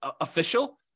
official